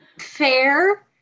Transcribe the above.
Fair